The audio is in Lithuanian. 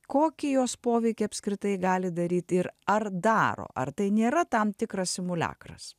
kokį jos poveikį apskritai gali daryti ir ar daro ar tai nėra tam tikras simuliakras